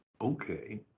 okay